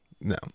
No